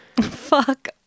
Fuck